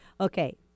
Okay